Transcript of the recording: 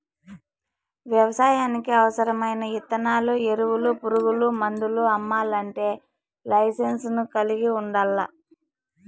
వ్యవసాయానికి అవసరమైన ఇత్తనాలు, ఎరువులు, పురుగు మందులు అమ్మల్లంటే లైసెన్సును కలిగి ఉండల్లా